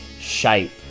shape